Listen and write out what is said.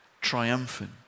triumphant